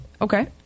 Okay